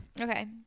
Okay